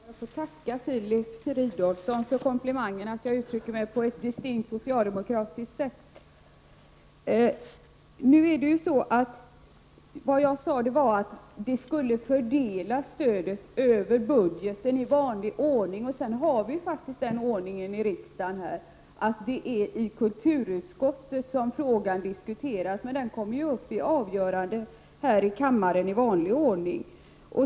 Herr talman! Jag får tacka Filip Fridolfsson för komplimangen att jag uttryckte mig på ett distinkt socialdemokratiskt sätt. Vad jag sade var att stödet skall fördelas över budgeten i vanlig ordning. Vi har faktiskt den ordningen i riksdagen att frågan diskuteras i kulturutskottet. Den kommer sedan upp till avgörande här i kammaren i vanlig ordning.